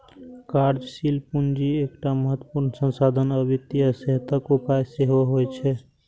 कार्यशील पूंजी एकटा महत्वपूर्ण संसाधन आ वित्तीय सेहतक उपाय सेहो होइ छै